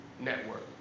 Network